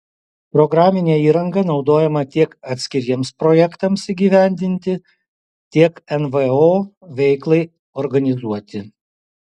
programinė įranga naudojama tiek atskiriems projektams įgyvendinti tiek nvo veiklai organizuoti